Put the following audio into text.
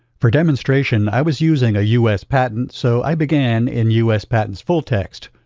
for demonstration i was using a us patent, so i began in us patents fulltext.